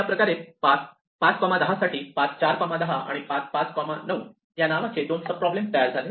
अशाप्रकारे पाथ 5 10 साठी पाथ 410 आणि पाथ 59 या नावाचे दोन सब प्रॉब्लेम तयार झाले